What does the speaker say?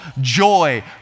joy